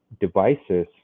devices